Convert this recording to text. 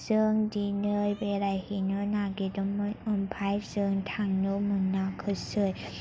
जों दिनै बेरायहैनो नागिरदोंमोन ओमफ्राय जों थांनो मोनाखैसै